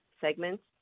segments